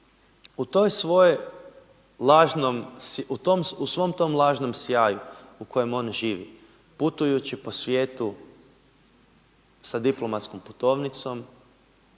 u svom tom lažnom sjaju u kojem on živi, putujući po svijetu sa diplomatskom putovnicom